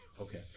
Okay